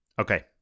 Okay